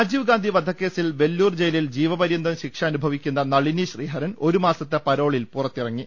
രാജീവ് ഗാന്ധി വധക്കേസിൽ വെല്ലൂർ ജയിലിൽ ജീവപര്യന്തം ശിക്ഷ അനുഭവിക്കുന്ന നളിനി ശ്രീഹരൻ ഒരു മാസത്തെ പരോ ളിൽ പുറത്തിറങ്ങി